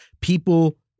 people